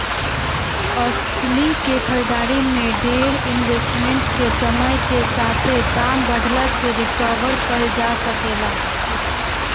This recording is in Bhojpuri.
एस्ली के खरीदारी में डेर इन्वेस्टमेंट के समय के साथे दाम बढ़ला से रिकवर कईल जा सके ला